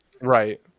Right